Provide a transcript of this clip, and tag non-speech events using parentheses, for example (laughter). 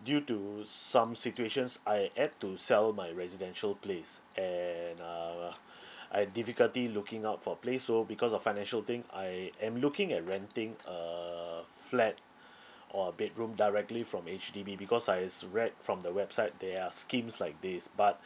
(breath) due to some situations I had to sell my residential place and uh I've difficulty looking out for a place so because of financial thing I am looking at renting a flat or a bedroom directly from H_D_B because I s~ read from the website there are schemes like this but